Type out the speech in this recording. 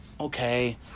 Okay